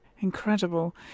Incredible